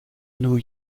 new